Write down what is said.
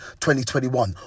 2021